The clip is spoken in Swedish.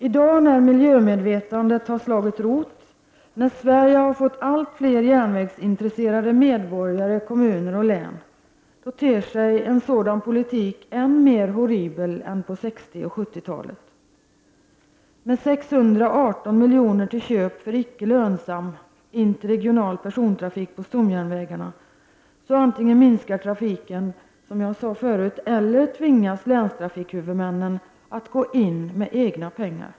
I dag, när miljömedvetandet har slagit rot, när Sverige har fått allt fler järnvägsintresserade medborgare, kommuner och län, ter sig en sådan politik än mer horribel än på 60 och 70-talen. Med 618 miljoner till köp för ”icke lönsam” interregional persontrafik på stomjärnvägarna blir det antingen så att trafiken minskar eller också tvingas länstrafikhuvudmännen att gå in med egna pengar.